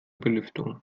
belüftung